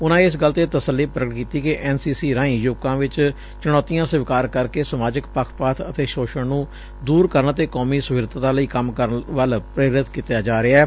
ਉਨਾਂ ਇਸ ਗੱਲ ਤੇ ਤਸੱਲੀ ਪ੍ਰਗਟ ਕੀਤੀ ਕਿ ਐਨ ਸੀ ਸੀ ਰਾਹੀ ਯੁਵਕਾਂ ਵਿਚ ਚੁਣੌਤੀਆਂ ਸਵੀਕਾਰ ਕਰਕੇ ਸਮਾਜਿਕ ਪੱਖਪਾਤ ਅਤੇ ਸੋਸ਼ਣ ਨੂੰ ਦੂਰ ਕਰਨ ਅਤੇ ਕੌਮੀ ਸੁਹਿਰਦਤਾ ਲਈ ਕੰਮ ਕਰਨ ਵੱਲ ਪ੍ਰੇਰਿਆ ਜਾ ਰਿਹੈ